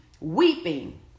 weeping